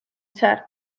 chart